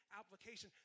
application